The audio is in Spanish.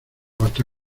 basta